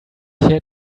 had